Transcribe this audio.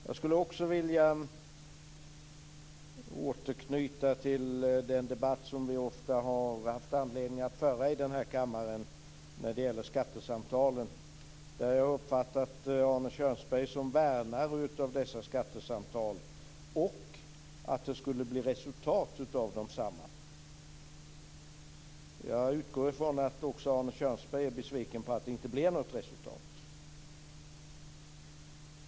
Jag vill också återknyta till den debatt som vi ofta har haft anledning att föra i den här kammaren om skattesamtalen. Jag har uppfattat Arne Kjörnsberg som värnare av dessa skattesamtal och som att det skulle bli resultat av desamma. Jag utgår ifrån att också Arne Kjörnsberg är besviken på att det inte blev något resultat.